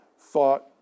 thought